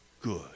good